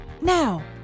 Now